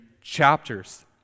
chapters